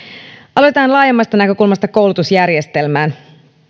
aloitetaan laajemmasta näkökulmasta koulutusjärjestelmään